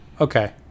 Okay